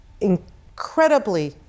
incredibly